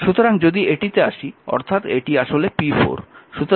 সুতরাং যদি এটিতে আসি অর্থাৎ এটি আসলে p4